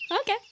Okay